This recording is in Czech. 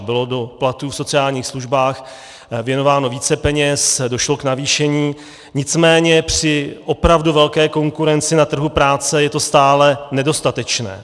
Bylo do platů v sociálních službách věnováno více peněz, došlo k navýšení, nicméně při opravdu velké konkurenci na trhu práce je to stále nedostatečné.